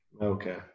Okay